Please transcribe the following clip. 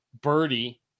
birdie